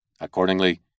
Accordingly